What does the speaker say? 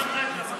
לא אמרתי לך,